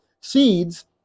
seeds